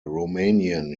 romanian